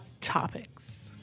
Topics